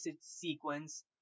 sequence